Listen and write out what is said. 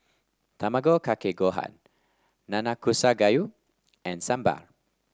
Tamago Kake Gohan Nanakusa Gayu and Sambar